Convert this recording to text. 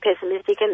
pessimistic